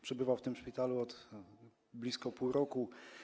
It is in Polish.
Przebywał w tym szpitalu od blisko pół roku.